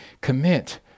commit